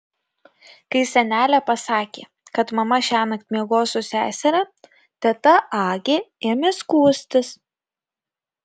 kai senelė pasakė kad mama šiąnakt miegos su seseria teta agė ėmė skųstis